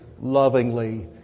lovingly